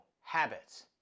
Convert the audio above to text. habits